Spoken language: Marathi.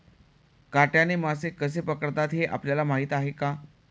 काट्याने मासे कसे पकडतात हे आपल्याला माहीत आहे का?